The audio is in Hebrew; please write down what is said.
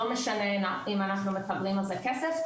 לא משנה אם אנחנו מקבלים על זה כסף,